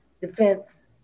defense